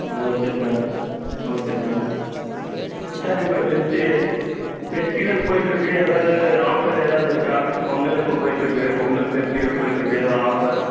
okay sir okay sir sir இப்போ festival போய்ட்ருக்கு எதாவது ஆஃபர் எதாவது இருக்கா பொங்கல் இப்போ போய்ட்ருக்கு பொங்கல் ஃபெஸ்டிவல் போய்ட்ருக்கு எதுவும் ஆஃபர்